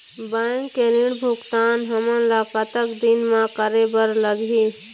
Bank के ऋण भुगतान हमन ला कतक दिन म करे बर लगही?